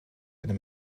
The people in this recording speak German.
eine